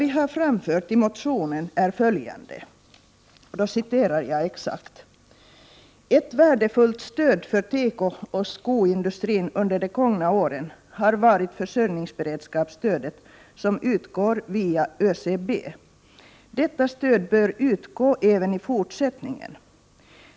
I motionen har vi anfört följande: ”Ett värdefullt stöd för tekooch skoindustrin under de gångna åren har varit försörjningsberedskapsstödet som utgår via ÖCB. Detta stöd bör utgå även i fortsättningen.